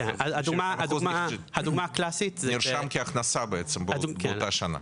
זה נרשם כהכנסה באותה השנה.